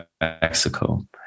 Mexico